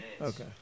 Okay